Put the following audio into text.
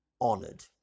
honoured